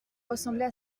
ressemblait